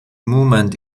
movement